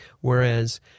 Whereas